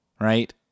right